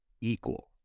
equal